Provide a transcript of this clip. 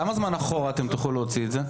כמה זמן אחורה תוכלו להוציא את זה?